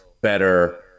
better